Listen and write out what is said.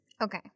Okay